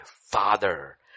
Father